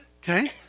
Okay